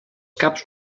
caps